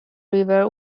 river